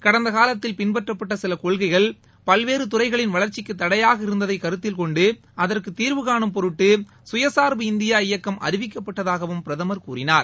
கடந்த காலத்தில் பின்பற்றப்பட்ட சில கொள்கைகள் பல்வேறு துறைகளின் வளர்ச்சிக்கு தடையாக இருந்ததை கருத்தில் கொண்டு அதற்கு தீர்வு கானும் பொருட்டு சுயசா்பு இந்தியா இயக்கம் அறிவிக்கப்பட்டதாகவும் பிரதமர் கூறினார்